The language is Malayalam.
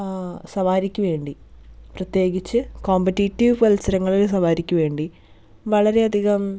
സവാരിക്ക് വേണ്ടി പ്രത്യേകിച്ച് കോമ്പിറ്റേറ്റീവ് മത്സരങ്ങളിലും സവാരിക്ക് വേണ്ടി വളരെ അധികം